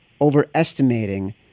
overestimating